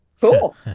Cool